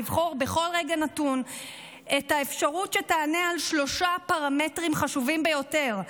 לבחור בכל רגע נתון את האפשרות שתענה על שלושה פרמטרים חשובים ביותר: